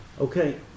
Okay